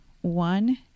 One